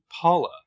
Paula